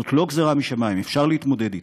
זאת לא גזירה משמים, אפשר להתמודד אתה,